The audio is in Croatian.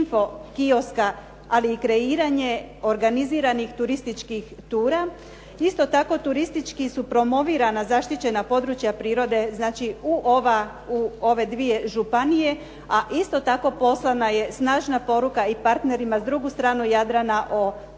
ali i kreiranje organiziranih turističkih tura. Isto tako, turistički su promovirana zaštićena područja prirode znači u ove dvije županije, a isto tako poslana je snažna poruka i partnerima s drugu stranu Jadrana o tim